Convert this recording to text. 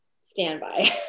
standby